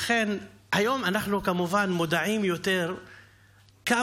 לכן היום אנחנו כמובן מודעים יותר לכמה